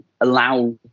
allow